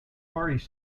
quarries